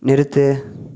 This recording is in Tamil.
நிறுத்து